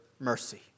Mercy